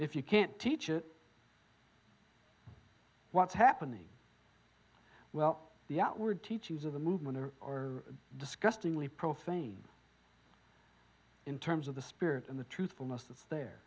if you can't teach it what's happening well the outward teachings of the movement are or disgustingly profane in terms of the spirit and the truthfulness that's there